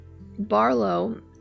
Barlow